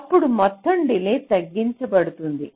అప్పుడు మొత్తం డిలే తగ్గించబడుతుంది